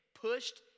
pushed